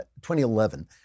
2011